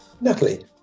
Natalie